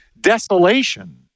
desolation